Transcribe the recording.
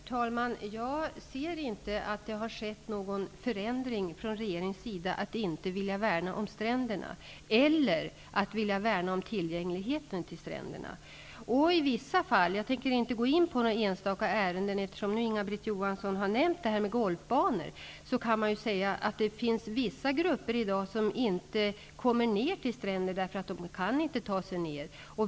Herr talman! Jag ser inte att det har skett någon förändring från regeringens sida, att regeringen inte skulle vilja värna om stränderna eller om tillgängligheten till stränderna. Jag tänker inte gå in på något enstaka ärende, men eftersom Inga-Britt Johansson har nämnt golfbanor vill jag påpeka att det i dag finns vissa grupper som inte kommer ned till stränder därför att de inte kan ta sig ner.